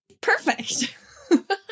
perfect